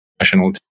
national